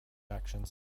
actions